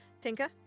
Tinker